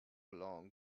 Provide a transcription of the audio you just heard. long